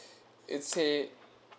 it is